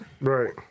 Right